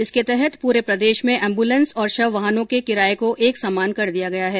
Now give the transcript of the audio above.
इसके तहत पूरे प्रदेश में एंबुलेंस और शव वाहनों के किराये को एक समान कर दिया गया है